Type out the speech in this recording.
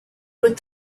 with